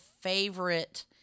favorite